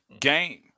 game